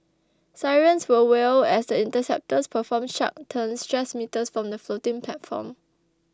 sirens will wail as the interceptors perform sharp turns just metres from the floating platform